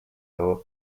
lower